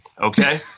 Okay